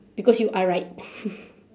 because you are right